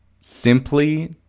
Simply